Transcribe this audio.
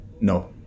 No